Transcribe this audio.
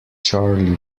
charlie